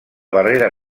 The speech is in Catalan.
barrera